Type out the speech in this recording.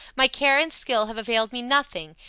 my care and skill have availed me nothing,